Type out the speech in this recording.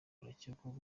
barakekwaho